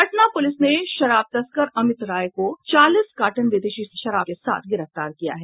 Patna police ने शराब तस्कर अमित राय को चालीस कार्टन विदेशी शराब के साथ गिरफ्तार किया है